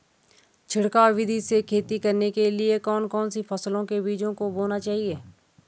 छिड़काव विधि से खेती करने के लिए कौन कौन सी फसलों के बीजों को बोना चाहिए?